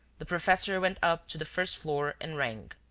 the professor went up to the first floor and rang.